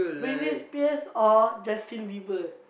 Britney-Spears or Justin-Bieber